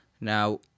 Now